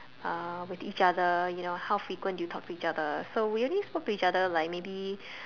uh with each other you know like how frequent do you talk to each other so we only spoke to each other like maybe